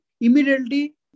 immediately